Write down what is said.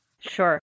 Sure